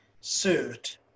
suit